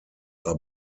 are